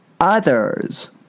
others